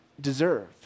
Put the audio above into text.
deserve